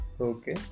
Okay